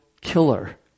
killer